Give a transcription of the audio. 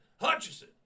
Hutchison